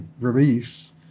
release